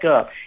up